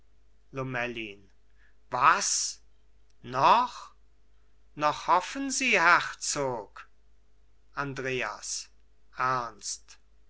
lomellin was noch noch hoffen sie herzog andreas ernst